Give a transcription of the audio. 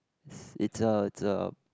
it's a it's a